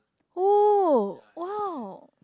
oh !wow!